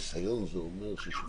חשוב שיהיה בפרוטוקול.